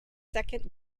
second